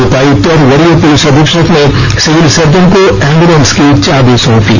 उपायुक्त और वरीय पुलिस अधीक्षक ने सिविल सर्जन को एम्बुलेंस की चाबी सौंपी